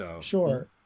Sure